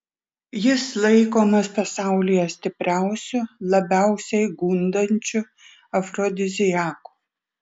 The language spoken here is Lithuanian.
jis laikomas pasaulyje stipriausiu labiausiai gundančiu afrodiziaku